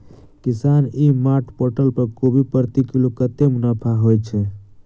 किसान e mart portal पर कोबी प्रति किलो कतै मुनाफा होइ छै?